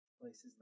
places